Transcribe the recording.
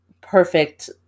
perfect